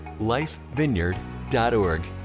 lifevineyard.org